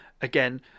again